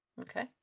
Okay